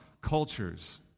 cultures